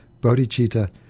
bodhicitta